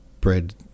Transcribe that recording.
bread